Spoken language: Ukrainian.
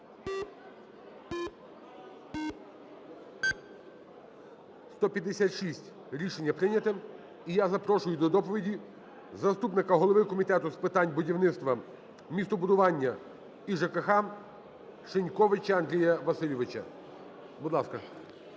За-156 Рішення прийняте. І я запрошую до доповіді заступника голови Комітету з питань будівництва, містобудування і ЖКХ Шиньковича Андрія Васильовича. Будь ласка.